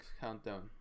countdown